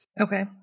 okay